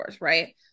right